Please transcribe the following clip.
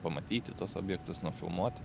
pamatyti tuos objektus nufilmuot